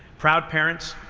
proud parents,